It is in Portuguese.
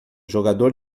jogador